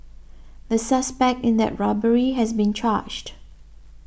the suspect in that robbery has been charged